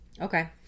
Okay